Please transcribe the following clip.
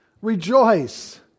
rejoice